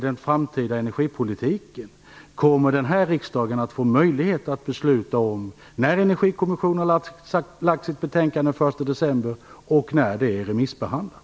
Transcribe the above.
Den framtida energipolitiken kommer den här riksdagen att få möjlighet att besluta om när Energikommissionen har lagt fram sitt betänkande den 1 december och det är remissbehandlat.